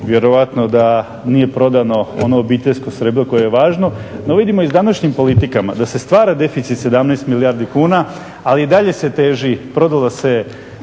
vjerojatno da nije prodano ono obiteljsko srebro koje je važno. No vidimo iz današnjih politika da se stvara deficit 17 milijardi kuna ali i dalje se teži, prodalo se